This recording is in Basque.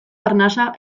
arnasa